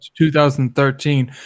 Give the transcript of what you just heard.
2013